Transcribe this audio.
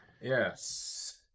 yes